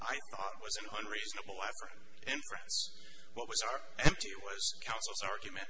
i was in hungary and what was our council's argument